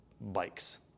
bikes